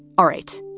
all right.